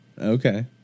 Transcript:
okay